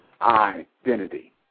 identity